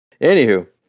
anywho